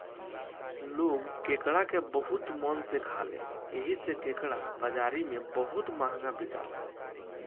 लोग केकड़ा के बहुते मन से खाले एही से केकड़ा बाजारी में बहुते महंगा बिकाला